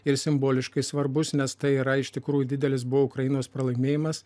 ir simboliškai svarbus nes tai yra iš tikrųjų didelis buvo ukrainos pralaimėjimas